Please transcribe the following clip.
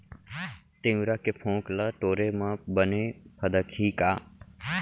तिंवरा के फोंक ल टोरे म बने फदकही का?